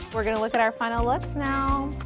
we're gonna look at our final looks now.